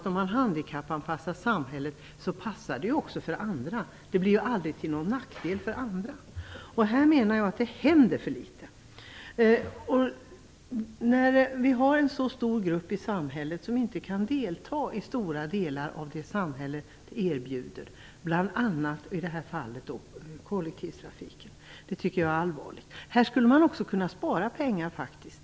Om man handikappanpassar samhället passar det ju också för andra - det blir aldrig till någon nackdel för andra. Jag menar att det händer för litet. När det finns en så stor grupp i samhället som inte kan delta i stora delar av det som samhället erbjuder, som i det här fallet kollektivtrafiken, är det allvarligt. Här skulle man också kunna spara pengar.